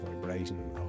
vibration